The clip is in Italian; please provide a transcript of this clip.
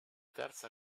terza